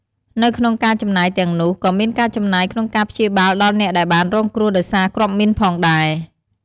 នៅក្នុងការចំណាយទាំងនោះ ក៏មានការចំណាយក្នុងការព្យាបាលដល់អ្នកដែលបានរងគ្រោះដោយសារគ្រាប់មីនផងដែរ។